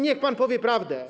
Niech pan powie prawdę.